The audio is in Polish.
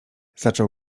zaczął